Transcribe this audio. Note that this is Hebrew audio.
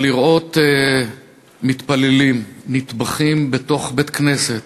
אבל לראות מתפללים נטבחים בתוך בית-כנסת,